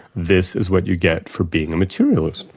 this is what you get for being a materialist,